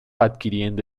adquiriendo